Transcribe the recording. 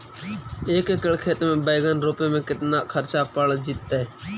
एक एकड़ खेत में बैंगन रोपे में केतना ख़र्चा पड़ जितै?